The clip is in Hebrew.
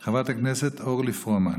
חברת הכנסת אורלי פרומן.